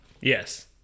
Yes